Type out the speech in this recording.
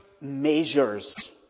measures